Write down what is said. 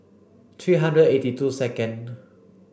three hundred eighty two second